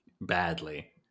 badly